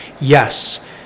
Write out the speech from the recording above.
yes